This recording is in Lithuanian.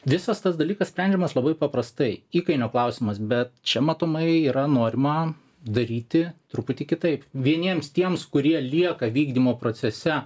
visas tas dalykas sprendžiamas labai paprastai įkainio klausimas bet čia matomai yra norima daryti truputį kitaip vieniems tiems kurie lieka vykdymo procese